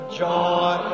joy